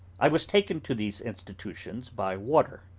i was taken to these institutions by water,